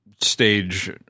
stage